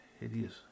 hideous